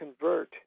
convert